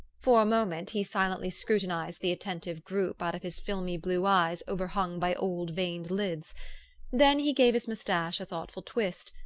for a moment he silently scrutinised the attentive group out of his filmy blue eyes overhung by old veined lids then he gave his moustache a thoughtful twist,